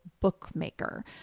bookmaker